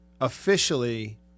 officially